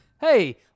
hey